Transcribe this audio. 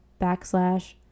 backslash